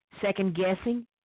second-guessing